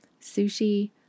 Sushi